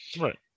Right